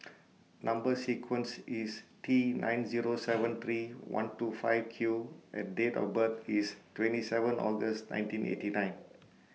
Number sequence IS T nine Zero seven three one two five Q and Date of birth IS twenty seven August nineteen eighty nine